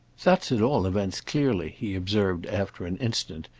that's at all events, clearly, he observed after an instant,